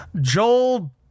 joel